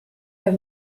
vas